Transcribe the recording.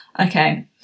Okay